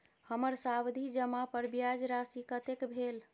हमर सावधि जमा पर ब्याज राशि कतेक भेल?